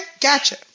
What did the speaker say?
gotcha